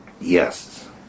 Yes